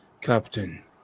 Captain